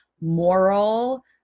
moral